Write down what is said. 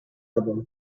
album